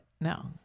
No